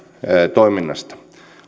toiminnasta